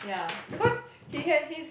ya because he has his